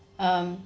um